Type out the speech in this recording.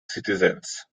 citizens